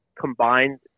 combined